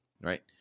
right